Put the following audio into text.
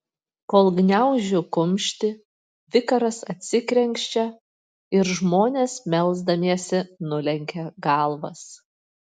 kol gniaužiu kumštį vikaras atsikrenkščia ir žmonės melsdamiesi nulenkia galvas